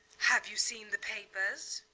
have you seen the papers?